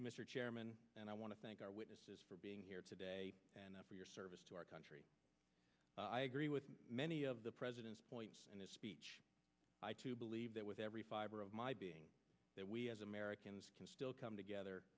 you mr chairman and i want to thank our witnesses for being here today and for your service to our country i agree with many of the president's points in his speech i too believe that with every fiber of my being that we as americans can still come together